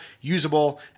usable